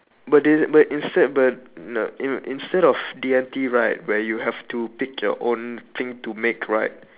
but they but instead but n~ in~ instead of D&T right where you have to pick your own thing to make right